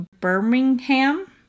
Birmingham